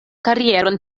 karieron